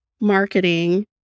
marketing